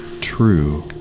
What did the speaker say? true